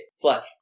Flash